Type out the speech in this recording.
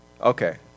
Okay